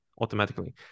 automatically